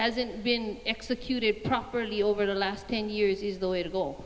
hasn't been executed properly over the last ten years is the way to go